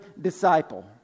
disciple